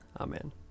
Amen